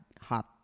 hot